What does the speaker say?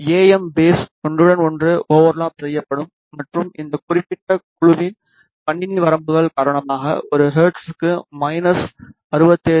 M பேஸ் ஒன்றுடன் ஒன்று ஓவர்லாப் செய்யப்படும் மற்றும் இந்த குறிப்பிட்ட குழுவின் கணினி வரம்புகள் காரணமாக ஒரு ஹெர்ட்ஸுக்கு மைனஸ் 67 டி